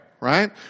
right